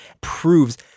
proves